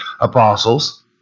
apostles